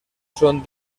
son